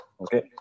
okay